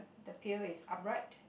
the pail is upright